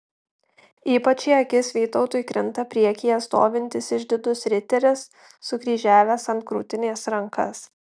ypač į akis vytautui krinta priekyje stovintis išdidus riteris sukryžiavęs ant krūtinės rankas